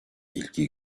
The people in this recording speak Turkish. ilgi